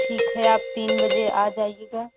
ठीक है आप तीन बजे आ जाइएगा